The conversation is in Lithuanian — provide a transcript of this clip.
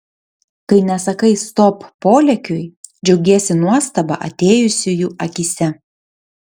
kai nesakai stop polėkiui džiaugiesi nuostaba atėjusiųjų akyse